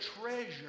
treasure